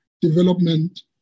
Development